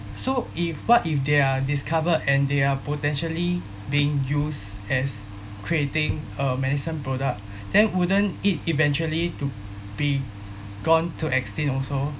so if what if they're discovered and they are potentially being used as creating a medicine product then wouldn't it eventually to be gone to extinct also